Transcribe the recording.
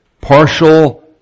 partial